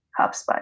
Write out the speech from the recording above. HubSpot